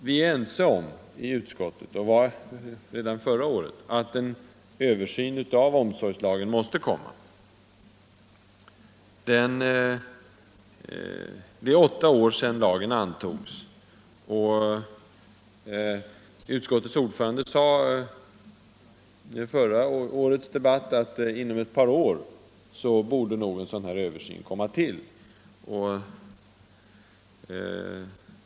Vi är i utskottet och var redan förra året ense om att en översyn av omsorgslagen måste komma till stånd. Det är åtta år sedan lagen antogs, och utskottets ordförande sade vid förra årets debatt att en sådan översyn borde göras inom ett par år.